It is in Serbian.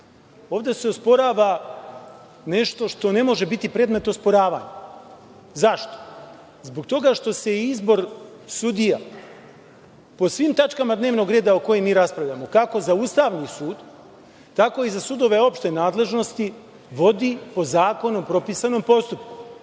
se osporava nešto što ne može biti predmet osporavanja. Zašto? Zbog toga što se izbor sudija po svim tačkama dnevnog reda o kojima mi raspravljamo, kako za Ustavni sud, tako i za sudove opšte nadležnosti, vodi po zakonom propisanom postupku.